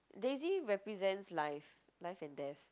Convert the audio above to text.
daisy represents life life and death